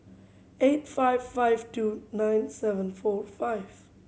eight five five two nine seven four five